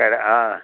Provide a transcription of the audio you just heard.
ಹಾಂ